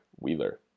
Wheeler